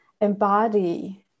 embody